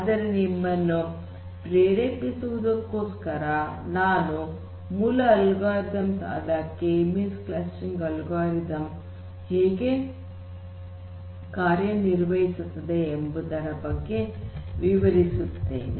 ಆದರೆ ನಿಮ್ಮನ್ನು ಪ್ರೇರೇಪಿಸುವುದಕ್ಕೋಸ್ಕರ ನಾನು ಮೂಲ ಅಲ್ಗೊರಿದಮ್ಸ್ ಆದ ಕೆ ಮೀನ್ಸ್ ಕ್ಲಸ್ಟರಿಂಗ್ ಅಲ್ಗೊರಿದಮ್ ಹೇಗೆ ಕಾರ್ಯ ನಿರ್ವಹಿಸುತ್ತದೆ ಎಂಬುದರ ಬಗ್ಗೆ ವಿವರಿಸುತ್ತೇನೆ